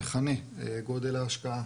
המכנה, גודל ההשקעה